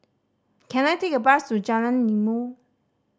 can I take a bus to Jalan Ilmu